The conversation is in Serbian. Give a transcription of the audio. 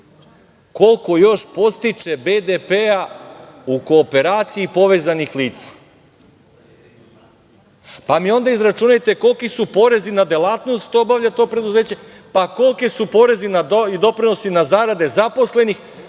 koliko još podstiče BDP, u kooperaciji povezanih lica, pa mi onda izračunajte koliki su porezi na delatnost koje obavlja to preduzeće, pa koliki su porezi i doprinosi na zarade zaposlenih,